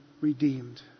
redeemed